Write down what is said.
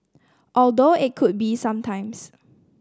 although it could be some times